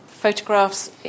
photographs